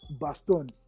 Baston